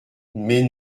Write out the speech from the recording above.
mais